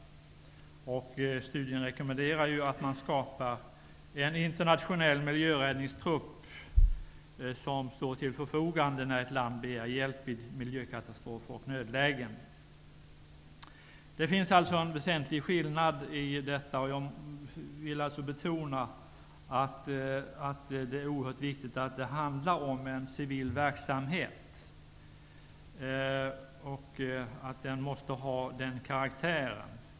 I studien rekommenderades att man skapar en internationell miljöräddningstrupp som står till förfogande när ett land begär hjälp vid miljökatastrofer och nödlägen. Det finns alltså en väsentlig skillnad i detta. Jag vill alltså betona att det är oerhört viktigt att det handlar om en civil verksamhet och att den måste ha denna karaktär.